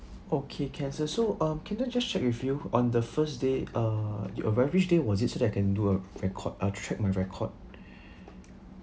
okay can sir so um can I just check with you on the first day uh you uh when which date was it so that I can do a record I track my record